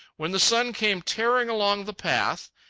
when the sun came tearing along the path,